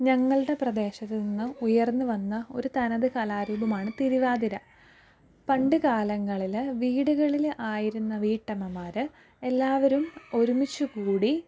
ഞങ്ങളുടെ പ്രദേശത്ത് നിന്നും ഉയർന്നുവന്ന ഒരു തനത് കലാരൂപമാണ് തിരുവാതിര പണ്ടുകാലങ്ങളിൾ വീടുകളിൽ ആയിരുന്ന വീട്ടമ്മമാർ എല്ലാവരും ഒരുമിച്ചു കൂടി